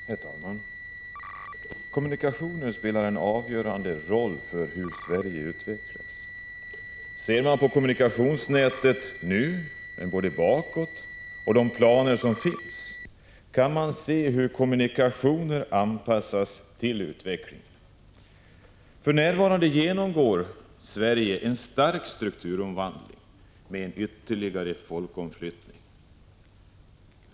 Herr talman! Kommunikationer spelar en avgörande roll för hur Sverige utvecklas. Ser man på kommunikationsnätet nu och tidigare och på de planer som finns, kan man se hur kommunikationer anpassas till utvecklingen. För närvarande genomgår Sverige en stark strukturomvandling, med ytterligare folkomflyttning.